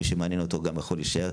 מי שמעניין אותו גם יכול להישאר.